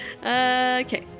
Okay